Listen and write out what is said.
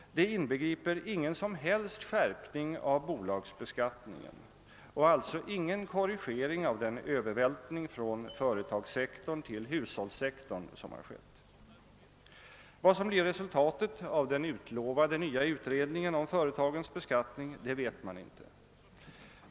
Det inbegriper ingen som helst skärpning av bolagsbeskattningen och alltså ingen korrigering av den övervältring från företagssektorn till hushållssektorn som har skett. Vad som blir resultatet av den utlovade nya utredningen om företagens beskattning: vet man inte.